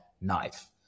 knife